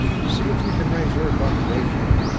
see if you can raise earth on the radio,